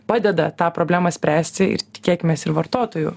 padeda tą problemą spręsti ir tikėkimės ir vartotojų